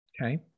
okay